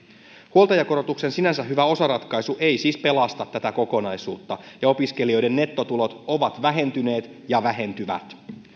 huoltajakorotuksen sinänsä hyvä osaratkaisu ei siis pelasta tätä kokonaisuutta ja opiskelijoiden nettotulot ovat vähentyneet ja vähentyvät